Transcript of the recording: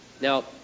Now